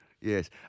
Yes